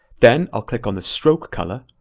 then, i'll click on the stroke color,